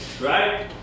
right